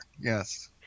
yes